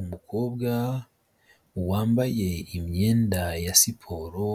Umukobwa wambaye imyenda ya siporo,